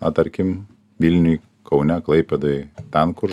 na tarkim vilniuj kaune klaipėdoj ten kur